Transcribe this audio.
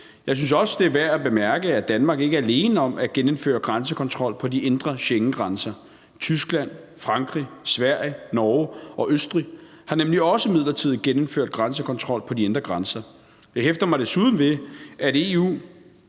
Jeg synes også, det er værd at bemærke, at Danmark ikke er alene om at genindføre grænsekontrol på de indre Schengengrænser. Tyskland, Frankrig, Sverige, Norge og Østrig har nemlig også midlertidigt genindført grænsekontrol på de indre grænser. Jeg hæfter mig desuden ved, at